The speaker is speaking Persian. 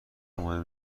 مهم